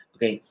Okay